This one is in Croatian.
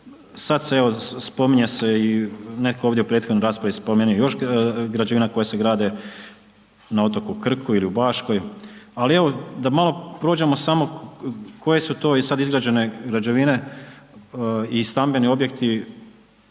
Sad se evo spominje se, netko je ovdje u prethodnoj raspravi spomenuo još građevina koje se grade na otoku Krku ili u Baškoj, ali evo da malo prođemo samo koje su to i sad izgrađene građevine i stambeni objekti